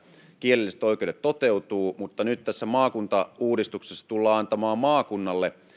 kielelliset oikeudet toteutuvat mutta nyt tässä maakuntauudistuksessa tullaan antamaan maakunnalle